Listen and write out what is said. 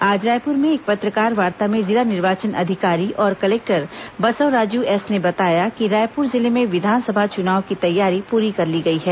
आज रायपुर में एक पत्रकारवार्ता में जिला निर्वाचन अधिकारी और कलेक्टर बसवराजू एस ने बताया कि रायपुर जिले में विधानसभा चुनाव की तैयारी पूरी कर ली गई है